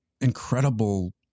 incredible